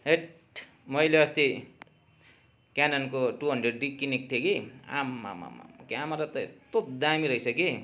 हैट मैले अस्ति केननको टु हन्ड्रेड डी किनेको थिएँ कि आम्मामामामा क्यामरा त यस्तो दामी रहेछ कि